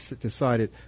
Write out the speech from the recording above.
decided